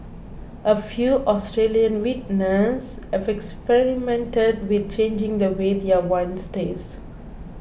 a few Australian vintners have experimented with changing the way their wines taste